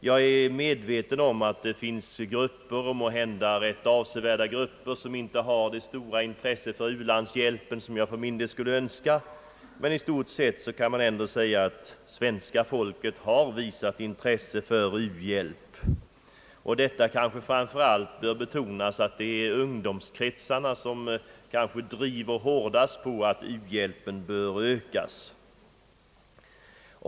Jag är medveten om att det finns grupper, måhända rätt avsevärda grupper, som inte har det stora intresse för u-landshjälp som jag för min del skulle önska, men i stort sett kan man säga att svenska folket har visat intresse för u-hjälp. Det kanske framför allt bör betonas att det är ungdomskretsarna som driver hårdast på att u-hjälpen bör ökas.